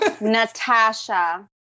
Natasha